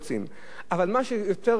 אבל מה שיותר צף בימים האחרונים,